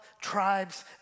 tribes